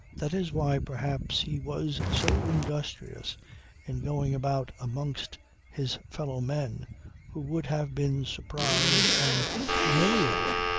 that is why perhaps he was so industrious in going about amongst his fellowmen who would have been surprised and humiliated,